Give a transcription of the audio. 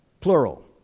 Plural